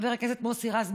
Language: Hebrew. חבר הכנסת מוסי רז,